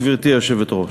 גברתי היושבת-ראש?